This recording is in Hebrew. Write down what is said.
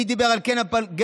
מי דיבר על גן הפלגנות?